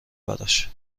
براش